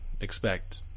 expect